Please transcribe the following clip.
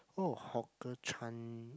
oh hawker Chan